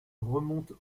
remonte